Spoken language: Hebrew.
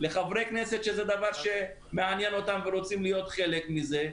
לחברי כנסת שזה מעניין אותם ורוצים להיות חלק מזה,